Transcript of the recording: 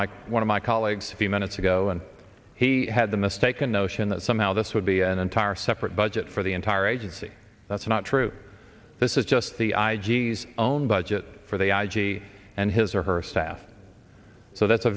mike one of my colleagues a few minutes ago and he had the mistaken notion that somehow this would be an entire separate budget for the entire agency that's not true this is just the i g s own budget for the i g and his or her staff so that's a